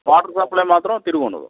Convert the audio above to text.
water supply మాత్రం తిరుగుండదు